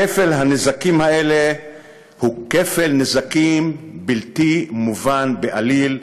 כפל הנזקים הזה הוא כפל נזקים בלתי מובן בעליל,